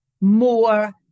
more